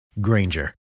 Granger